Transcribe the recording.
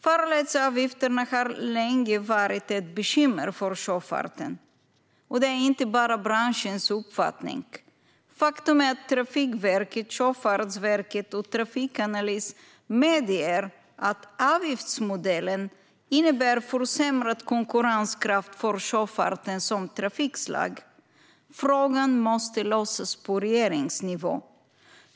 Farledsavgifterna har länge varit ett bekymmer för sjöfarten, och detta är inte bara branschens uppfattning. Faktum är att Trafikverket, Sjöfartsverket och Trafikanalys medger att avgiftsmodellen innebär försämrad konkurrenskraft för sjöfarten som trafikslag. Frågan måste lösas på regeringsnivå.